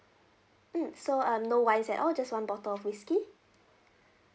mm so uh no wines at all just one bottle of whisky